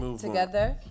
together